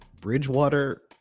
Bridgewater